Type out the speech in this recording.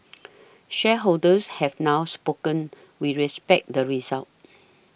shareholders have now spoken we respect the result